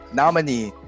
nominee